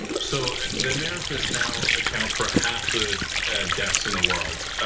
so the americans now account for half the deaths in the world.